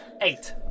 Eight